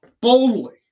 Boldly